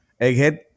Egghead